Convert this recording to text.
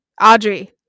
Audrey